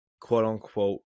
quote-unquote